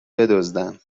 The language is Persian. بدزدن